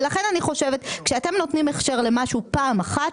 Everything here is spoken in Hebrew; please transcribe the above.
ולכן אני אומרת שכשאתם נותנים הכשר למשהו פעם אחת